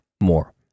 more